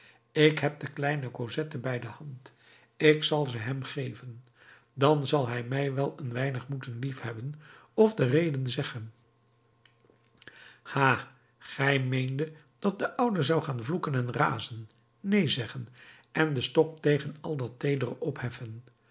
ik heb de kleine cosette bij de hand ik zal ze hem geven dan zal hij mij wel een weinig moeten liefhebben of de reden zeggen ha gij meendet dat de oude zou gaan vloeken en razen neen zeggen en den stok tegen al dat teedere opheffen